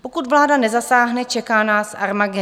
Pokud vláda nezasáhne, čeká nás armagedon.